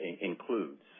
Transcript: includes